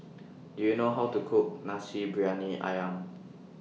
Do YOU know How to Cook Nasi Briyani Ayam